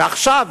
ועכשיו,